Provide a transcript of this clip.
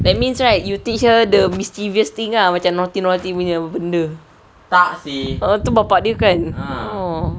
that means right you teach her the mischievous thing ah macam naughty naughty punya benda tu bapa dia kan orh